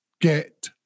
get